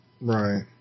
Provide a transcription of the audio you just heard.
Right